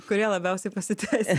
kurie labiausiai pasiteisino